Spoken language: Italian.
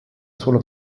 solo